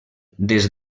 des